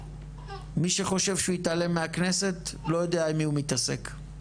מי שחושב שהוא יתעלם מהכנסת לא יודע עם מי הוא מתעסק.